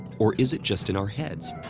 or is it just in our heads?